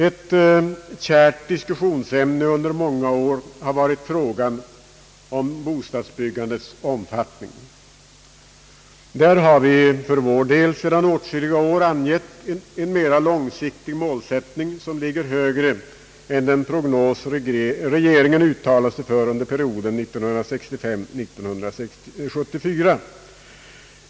Ett kärt diskussionsämne under många år har varit frågan om bostadshyggandets omfattning. För vår del har vi sedan åtskilliga år angett en mera långsiktig målsättning, som ligger högre än den prognos regeringen uttalat sig för under perioden 1965—1974.